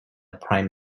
prime